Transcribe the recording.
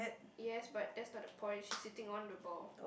yes but that's not the point she's sitting on the ball